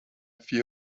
fear